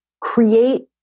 create